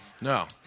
No